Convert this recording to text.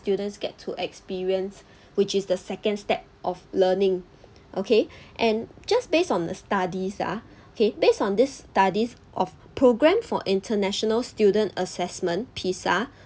students get to experience which is the second step of learning okay and just based on studies ah okay based on these studies of programme for international student assessment PISA